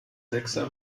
sechser